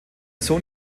sohn